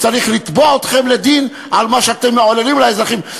צריך לתבוע אתכם לדין על מה שאתם מעוללים לאזרחים,